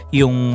yung